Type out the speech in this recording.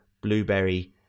blueberry